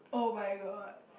[oh]-my-god